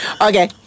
Okay